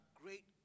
great